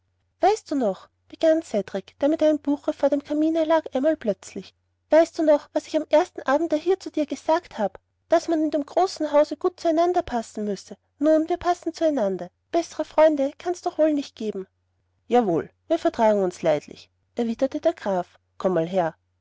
weißt du noch begann cedrik der mit einem buche vor dem kamine lag einmal plötzlich weißt du noch was ich am ersten abende hier zu dir gesagt habe daß man in dem großen hause gut zu einander passen müsse nun wir zwei passen zu einander bessre freunde kann's doch wohl nicht geben jawohl wir vertragen uns leidlich erwiderte der graf komm mal her